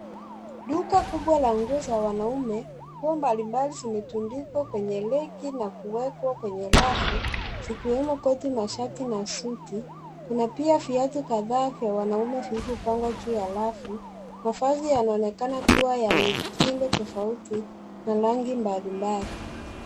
Duka kubwa la nguo za wanaume nguo mbali mbali zimetundikwa kwenye reki na kuwekwa kwenye rafu zikiwemo koti mashati na suti kuna pia viatu kadhaa vya wanaume vilivyopangwa juu ya rafu mavazi yanaonekana kuwa ya mitindo tofauti na rangi mbali mbali.